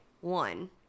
one